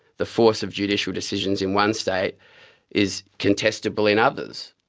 the force of judicial decisions in one state is contestable in others.